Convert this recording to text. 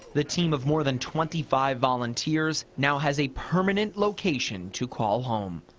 the team of more than twenty five volunteers now has a permanent location to call home.